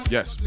Yes